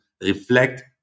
reflect